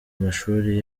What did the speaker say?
amashuri